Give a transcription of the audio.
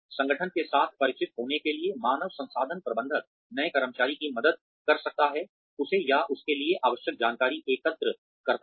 संगठन के साथ परिचित होने के लिए मानव संसाधन प्रबंधक नए कर्मचारी की मदद कर सकता है उसे या उसके लिए आवश्यक जानकारी एकत्र करता है